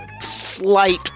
Slight